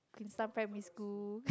some primary school